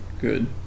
Good